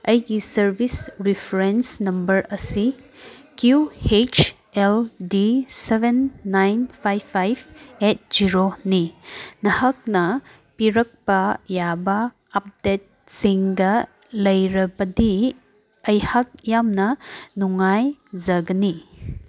ꯑꯩꯒꯤ service reference number ꯑꯁꯤ Q H L D seven nine five five eight ꯖꯦꯔꯣꯅꯤ ꯅꯍꯥꯛꯅ ꯄꯤꯔꯛꯄ ꯌꯥꯕ ꯑꯞꯗꯦꯠꯁꯤꯡꯒ ꯂꯩꯔꯕꯗꯤ ꯑꯩꯍꯥꯛ ꯌꯥꯝꯅ ꯅꯨꯡꯉꯥꯏꯖꯒꯅꯤ